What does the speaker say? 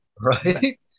Right